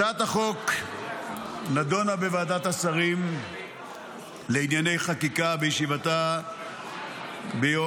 הצעת החוק נדונה בוועדת השרים לענייני חקיקה בישיבתה ביום